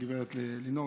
גב' אלינור,